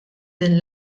din